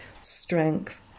strength